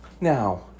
Now